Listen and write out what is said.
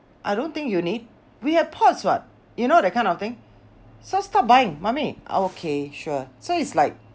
I don't think you need we have pots [what] you know that kind of thing so stop buying mummy okay sure so it's like